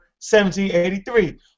1783